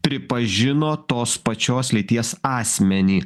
pripažino tos pačios lyties asmenį